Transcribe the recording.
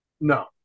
No